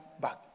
back